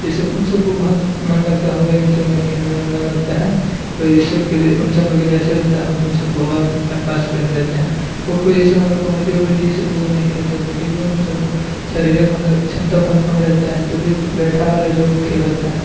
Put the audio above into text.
ये सब उन सब को बहुत मन लगता होगा इन सब में खेलने में मन लगता है और इस सब के लिए उन सब जैसे होता है उस में सब अपन टाइम पास कर लेते हैं कोई कोई ऐसे मतलब कबड्डी वबड्डी ये सब तो वो नहीं खेल सकते क्योंकि उन सब को शारीरिक मतलब क्षमता बहुत कम रहती है जो भी बैठा वाला जो खेल होता है